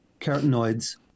carotenoids